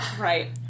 Right